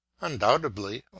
Undoubtedly